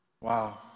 Wow